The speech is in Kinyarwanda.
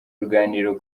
uruganiriro